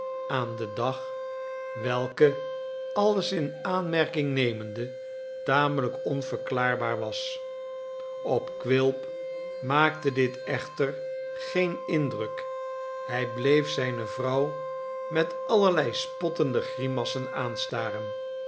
aan den dag welke alles in aanmerking nemende tamelijk onverklaarbaar was op quilp maakte dit echter geen indruk hij bleef zijne vrouw met allerlei spottende